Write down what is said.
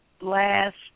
last